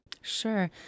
Sure